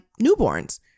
newborns